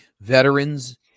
veterans